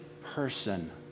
person